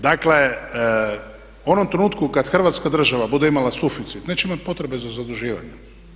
Dakle, u onom trenutku kad hrvatska država bude imala suficit neće imati potrebe za zaduživanje.